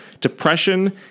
Depression